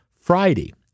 Friday